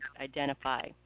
identify